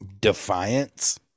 defiance